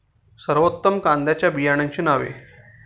सर्वोत्तम कांद्यांच्या बियाण्यांची नावे?